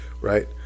right